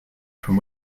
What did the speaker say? from